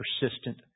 persistent